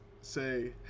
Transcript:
say